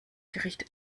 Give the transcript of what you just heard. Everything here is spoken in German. gericht